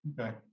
Okay